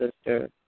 sister